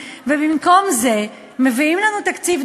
לנו,